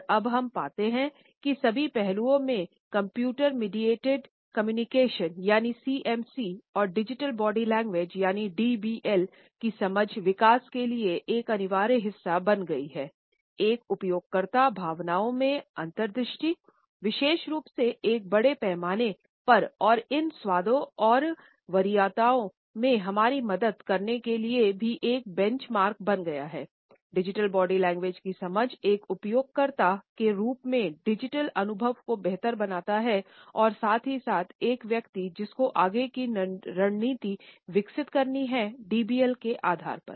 और अब हम पाते हैं कि सभी पहलुओं में कंप्यूटर के आधार पर